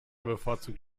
bevorzugt